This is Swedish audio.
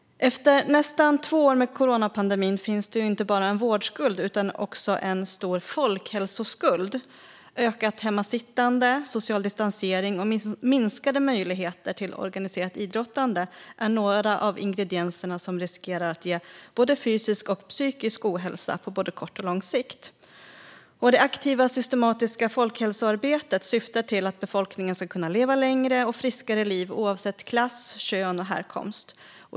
Efter nästan två år med coronapandemin finns inte bara en vårdskuld utan också en stor folkhälsoskuld. Ökat hemmasittande, social distansering och minskade möjligheter till organiserat idrottande är några av ingredienserna som riskerar att ge både fysisk och psykisk ohälsa på både kort och lång sikt. Det aktiva och systematiska folkhälsoarbetet syftar till att befolkningen ska kunna leva längre och friskare liv oavsett klass, kön och härkomst.